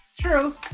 true